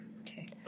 Okay